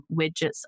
widgets